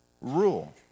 rule